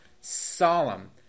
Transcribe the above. solemn